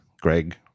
Greg